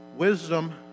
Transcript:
Wisdom